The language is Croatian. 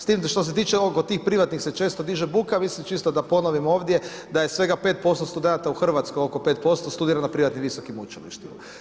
S tim, što se tiče ovo od tih privatni se često diže buka, mislim čisto da ponovim ovdje, da je svega 5% studenata u Hrvatskoj, oko 5% studira na privatnim visokim učilištima.